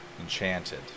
enchanted